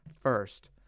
first